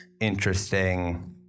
interesting